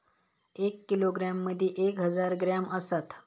एक किलोग्रॅम मदि एक हजार ग्रॅम असात